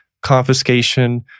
confiscation